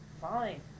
Fine